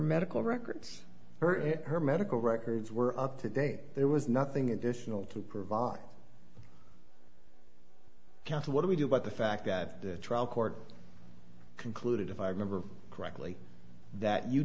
medical records her medical records were up to date there was nothing additional to provide counter what do we do about the fact that the trial court concluded if i remember correctly that you